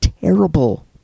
terrible